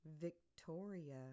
Victoria